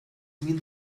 mean